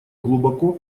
глубоко